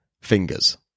fingers